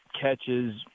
catches